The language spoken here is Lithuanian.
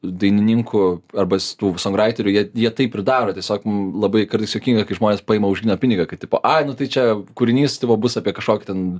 dainininkų arba stų sonvraiterių jie jie taip ir daro tiesiog mum labai kartais juokinga kai žmonės paima už gryną pinigą kad tipo ai nu tai čia kūrinys tipo bus apie kažkokį ten